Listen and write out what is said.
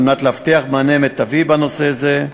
על מנת להבטיח מענה מיטבי בנושא זה.